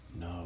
No